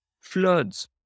floods